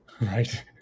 right